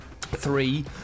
three